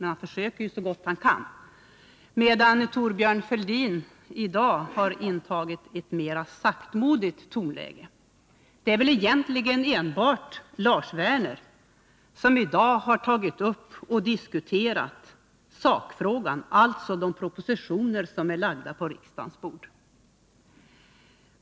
Thorbjörn Fälldins tonläge i dag har varit mer saktmodigt. Det är väl egentligen bara Lars Werner som har diskuterat sakfrågan, alltså de propositioner som är lagda på riksdagens bord.